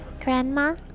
Grandma